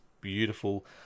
beautiful